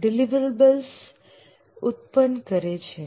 deliverables ઉત્પન કરે છે